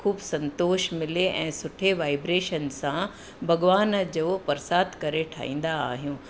ख़ूब संतोष मिले ऐं सुठे वायब्रेशन सां भॻवान जो प्रसादु करे ठाहींदा आहियूं